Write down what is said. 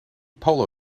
polo